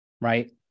Right